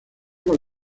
con